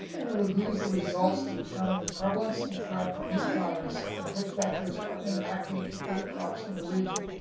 we will use the results to determine the prevalence and threat from each virus and which vectors are impacting cucurbit crops in the region,